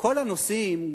שכל הנושאים,